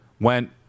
went